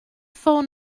ffôn